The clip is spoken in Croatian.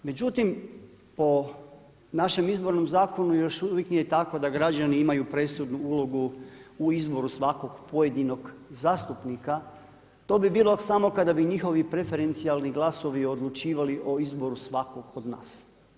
Međutim, po našem Izbornom zakonu još uvijek nije tako da građani imaju presudnu ulogu u izboru svakog pojedinog zastupnika, to bi bilo samo kada bi njihovi preferencijalni glasovi odlučivali o izboru svakog od nas.